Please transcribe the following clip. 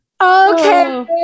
Okay